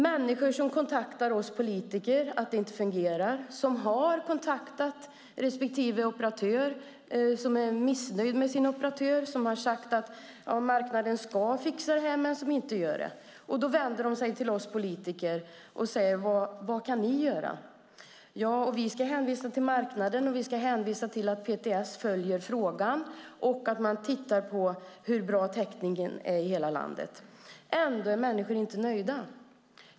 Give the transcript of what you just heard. Människor kontaktar oss politiker och berättar att det inte fungerar, att de har kontaktat respektive operatör och är missnöjda med sin operatör som har sagt att marknaden ska fixa det men att den inte gör det. Då vänder de sig till oss politiker och frågar: Vad kan ni göra? Ja, vi ska hänvisa till marknaden, till att PTS följer frågan och till att man tittar på hur bra täckningen är i hela landet. Ändå är människor inte nöjda.